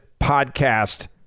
podcast